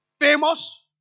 famous